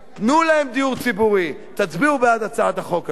תנו להם דיור ציבורי, הצביעו בעד הצעת החוק הזאת.